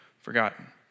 forgotten